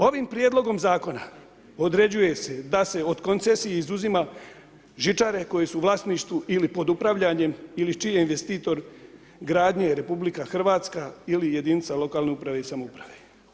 Ovim prijedlogom zakona određuje se da se od koncesije izuzimaju žičare koje su u vlasništvu ili pod upravljanjem ili čiji je investitor gradnje RH ili jedinica lokalne uprave i samouprave.